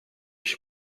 się